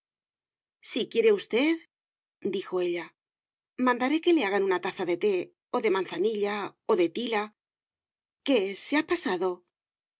si quiere usteddijo ella mandaré que le hagan una taza de té o de manzanilla o de tila qué se ha pasado